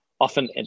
often